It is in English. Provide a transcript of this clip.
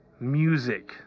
music